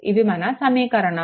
ఇవి మన సమీకరణాలు